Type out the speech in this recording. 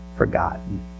forgotten